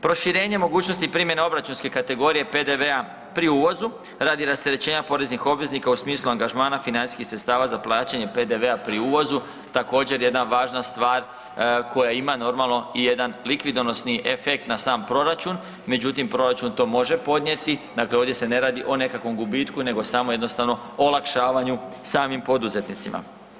Proširenje mogućnosti primjene obračunske kategorije PDV-a pri uvozu radi rasterećenja poreznih obveznika u smislu angažmana financijskih sredstava za plaćanje PDV-a pri uvozu također jedna važna stvar koja ima normalno i jedan likvidonosni efekt na sam proračun, međutim proračun to može podnijeti, dakle ovdje se ne radi o nekakvom gubitku nego samo jednostavno olakšavanju samim poduzetnicima.